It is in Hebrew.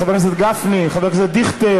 חבר הכנסת גפני, חבר הכנסת דיכטר,